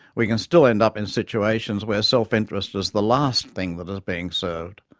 we can still end up in situations where self-interest is the last thing that is being served.